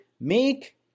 make